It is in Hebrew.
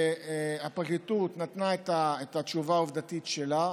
הפרקליטות נתנה את התשובה העובדתית שלה.